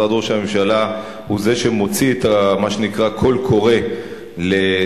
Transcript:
משרד ראש הממשלה הוא זה שמוציא את מה שנקרא קול קורא לתמיכה